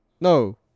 No